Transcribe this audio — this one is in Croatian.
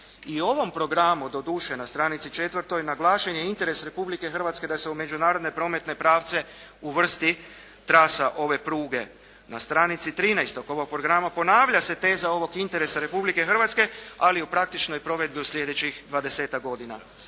u ovom programu doduše na stranici 4. naglašen je interes Republike Hrvatske da se u međunarodne prometne pravce uvrsti trasa ove pruge. Na stranici 13. ovog programa ponavlja se teza ovog interesa Republike Hrvatske ali u praktičnoj provedbi u slijedećih dvadesetak